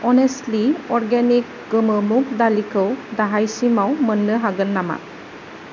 honestly organic गोमो मुग दालिखौ दाहायसिमाव मोननो हागोन नामा